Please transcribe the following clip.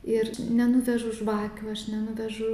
ir nenuvežu žvakių aš nenuvežu